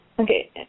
Okay